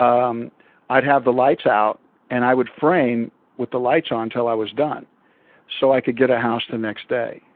um i'd have the lights on and i would frame with the lights on until i was done so i could get a house the next day.